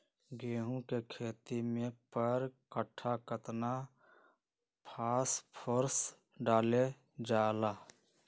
गेंहू के खेती में पर कट्ठा केतना फास्फोरस डाले जाला?